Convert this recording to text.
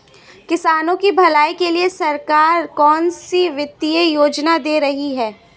किसानों की भलाई के लिए सरकार कौनसी वित्तीय योजना दे रही है?